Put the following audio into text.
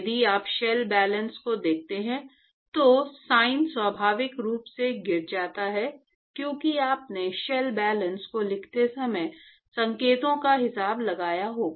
यदि आप शेल बैलेंस को देखते हैं तो साइन स्वाभाविक रूप से गिर जाता है क्योंकि आपने शेल बैलेंस को लिखते समय संकेतों का हिसाब लगाया होगा